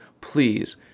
please